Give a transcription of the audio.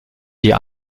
die